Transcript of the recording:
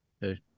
hey